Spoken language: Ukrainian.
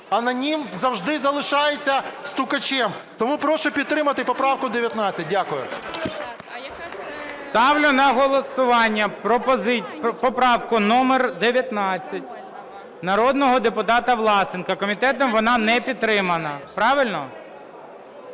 анонім завжди залишається "стукачем". Тому прошу підтримати поправку 19. Дякую. ГОЛОВУЮЧИЙ. Ставлю на голосування поправку номер 19 народного депутата Власенка. Комітетом вона не підтримана, правильно?